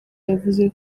yavuze